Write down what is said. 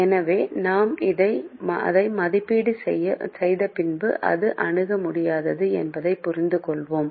எனவே நாம் அதை மதிப்பீடு செய்த பின் அது அணுக முடியாதது என்பதை புரிந்து கொள்வோம்